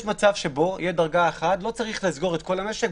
יש מצב שבו תהיה דרגה 1 לא צריך לסגור את כל המשק,